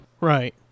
Right